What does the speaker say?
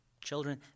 children